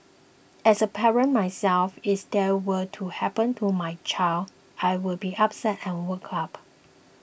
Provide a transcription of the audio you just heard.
as a parent myself if this were to happen to my child I would be upset and worked up